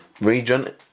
region